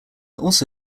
also